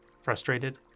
frustrated